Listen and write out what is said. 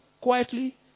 quietly